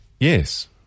Yes